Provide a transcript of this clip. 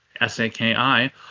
s-a-k-i